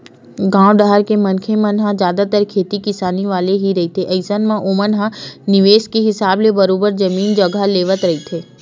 गाँव डाहर के मनखे मन ह जादतर खेती किसानी वाले ही रहिथे अइसन म ओमन ह निवेस के हिसाब ले बरोबर जमीन जघा लेवत रहिथे